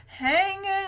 hanging